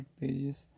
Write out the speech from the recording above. pages